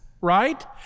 right